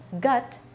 gut